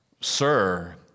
sir